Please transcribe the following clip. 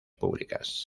públicas